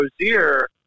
Rozier